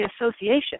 association